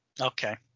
Okay